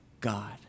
God